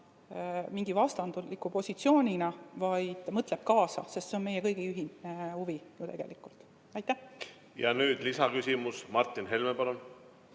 mingi vastandliku positsioonina, vaid mõtleb kaasa, sest see on meie kõigi ühine huvi. Ja nüüd lisaküsimus. Martin Helme, palun!